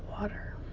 water